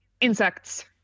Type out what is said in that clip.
insects